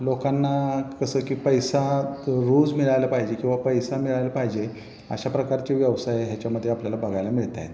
लोकांना कसं की पैसा रोज मिळाला पाहिजे किंवा पैसा मिळाला पाहिजे अशा प्रकारचे व्यवसाय ह्याच्यामध्ये आपल्याला बघायला मिळत आहेत